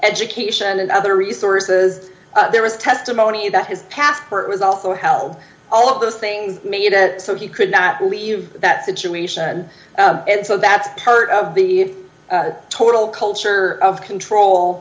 education and other resources there was testimony that his passport was also held all of those things made it so he could not leave that situation and so that's part of the total culture of control